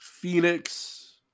Phoenix